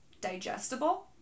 digestible